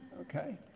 Okay